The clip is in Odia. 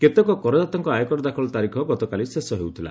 କେତେକ କରଦାତାଙ୍କ ଆୟକର ଦାଖଲ ତାରିଖ ଗତକାଲି ଶେଷ ହେଉଥିଲା